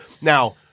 Now